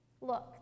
Look